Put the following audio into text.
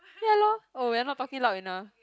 ya lor oh we're not talking loud enough